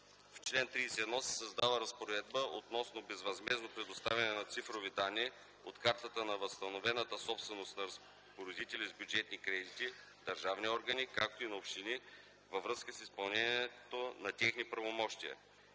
В чл. 31 се създава разпоредба относно безвъзмездно предоставяне на цифрови данни от картата на възстановената собственост на разпоредители с бюджетни кредити – държавни органи, както и на общини, във връзка с изпълнението на техни правомощия.